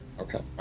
Okay